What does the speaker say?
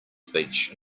speech